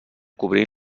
cobrint